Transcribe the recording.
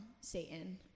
Satan